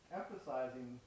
emphasizing